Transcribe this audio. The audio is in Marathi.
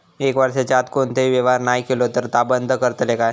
एक वर्षाच्या आत कोणतोही व्यवहार नाय केलो तर ता बंद करतले काय?